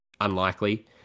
unlikely